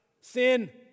Sin